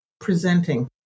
presenting